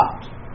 stopped